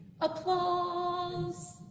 Applause